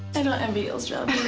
i don't envy y'all's job,